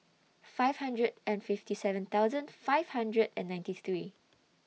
five hundred and fifty seven thousand five hundred and ninety three